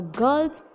girl's